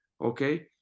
okay